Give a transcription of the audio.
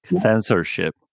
Censorship